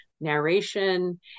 narration